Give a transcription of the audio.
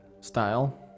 style